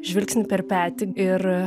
žvilgsnį per petį ir